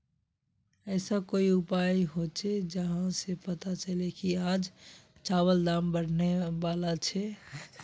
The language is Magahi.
ऐसा कोई उपाय होचे जहा से पता चले की आज चावल दाम बढ़ने बला छे?